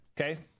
Okay